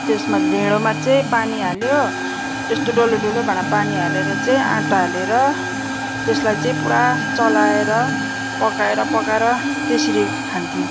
त्यसमा ढेँडोमा चाहिँ पानी हाल्यो यस्तो डल्लो डल्लो भाँडामा पानी हालेर चाहिँ आँटा हालेर त्यसलाई चाहिँ पुरा चलाएर पकाएर पकाएर त्यसरी खान्थ्यौँ